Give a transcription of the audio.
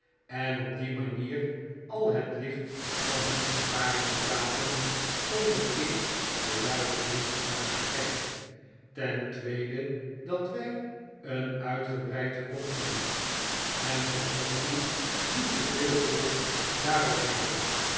en op die manier al het licht van hun ervaring bezaten zonder eerst de duisternis te hebben gekend ten tweede dat wij een uitgebreid grondgebied en tot nog toe r niet te veel volk daarop hebben